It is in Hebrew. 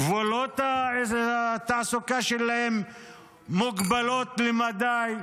גבולות התעסוקה שלהם מוגבלים למדי.